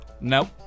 Nope